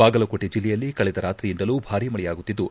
ಬಾಗಲಕೋಟೆ ಜಿಲ್ಲೆಯಲ್ಲಿ ಕಳೆದ ರಾತ್ರಿಯಿಂದಲೂ ಭಾರೀ ಮಳೆಯಾಗುತ್ತಿದ್ದು